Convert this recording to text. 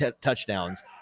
touchdowns